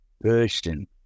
person